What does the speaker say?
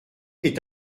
est